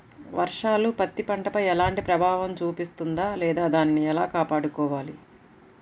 వర్షాలు పత్తి పంటపై ఎలాంటి ప్రభావం చూపిస్తుంద లేదా దానిని ఎలా కాపాడుకోవాలి?